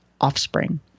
offspring